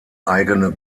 eigene